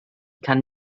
kann